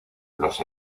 los